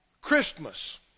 Christmas